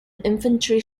infantry